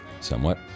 somewhat